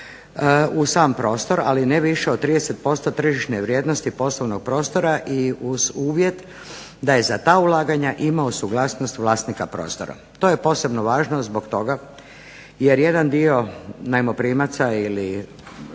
u sam prostor, ali ne više od 30% tržišne vrijednosti poslovnog prostora i uz uvjet da je za ta ulaganja imao suglasnost vlasnika prostora. To je posebno važno zbog toga jer jedan dio najmoprimaca ili